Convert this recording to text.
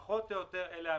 אלה פחות או יותר המסגרות.